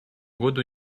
году